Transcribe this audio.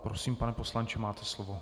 Prosím, pane poslanče, máte slovo.